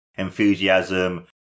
enthusiasm